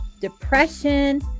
depression